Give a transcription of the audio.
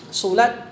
sulat